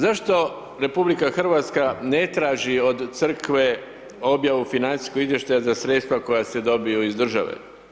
Zašto RH ne traži od crkve objavu financijskog izvještaja za sredstva koja se dobiju iz države?